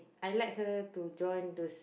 I like her to draw into